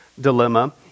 dilemma